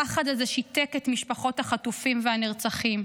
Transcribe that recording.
הפחד הזה שיתק את משפחות החטופים והנרצחים,